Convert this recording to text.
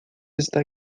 está